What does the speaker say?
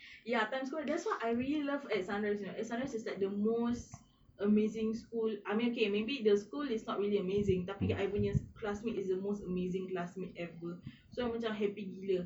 ya time sekolah that's why I really love at sunrise you know at sunrise it's like the most amazing school I mean okay maybe the school is not really amazing tapi I punya classmate is the most amazing classmate ever so I macam happy gila